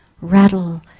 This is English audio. rattle